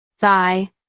Thigh